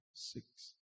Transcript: Six